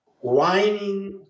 whining